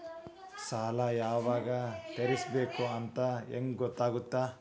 ಸಾಲ ಯಾವಾಗ ತೇರಿಸಬೇಕು ಅಂತ ಹೆಂಗ್ ಗೊತ್ತಾಗುತ್ತಾ?